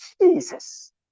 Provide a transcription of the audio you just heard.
jesus